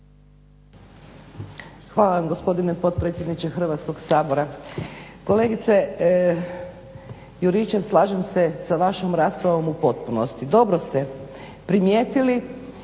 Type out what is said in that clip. Hvala vam gospodine potpredsjedniče Hrvatskog sabora. Kolegice Juričev slažem se sa vašom raspravom u potpunosti. Dobro ste primijetili